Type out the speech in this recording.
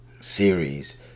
series